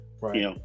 right